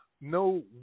no